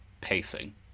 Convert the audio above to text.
pacing